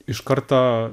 iš karto